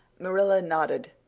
marilla nodded.